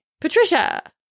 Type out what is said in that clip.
Patricia